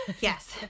Yes